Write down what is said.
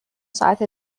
ساعت